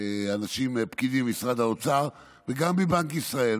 פקידים ממשרד האוצר וגם מבנק ישראל.